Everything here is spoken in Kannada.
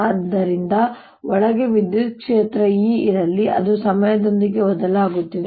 ಆದ್ದರಿಂದ ಒಳಗೆ ವಿದ್ಯುತ್ ಕ್ಷೇತ್ರ E ಇರಲಿ ಅದು ಸಮಯದೊಂದಿಗೆ ಬದಲಾಗುತ್ತಿದೆ